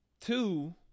Two